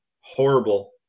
horrible